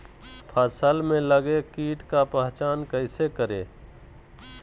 फ़सल में लगे किट का पहचान कैसे करे?